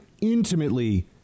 intimately